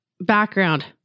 background